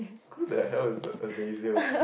who the hell is a Azazel